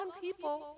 people